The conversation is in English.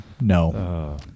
No